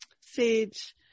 sage